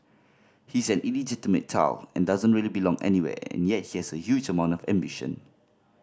he's an illegitimate child and doesn't really belong anywhere and yet he has a huge amount of ambition